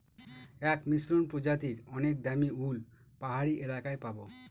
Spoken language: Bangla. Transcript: এক মসৃন প্রজাতির অনেক দামী উল পাহাড়ি এলাকায় পাবো